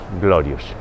glorious